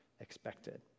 expected